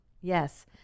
yes